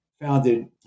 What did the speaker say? Founded